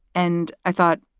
and i thought,